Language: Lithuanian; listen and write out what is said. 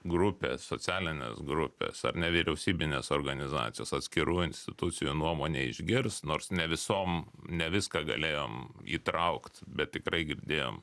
grupės socialinės grupės ar nevyriausybinės organizacijos atskirų institucijų nuomonę išgirst nors ne visom ne viską galėjom įtraukt bet tikrai girdėjom